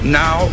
now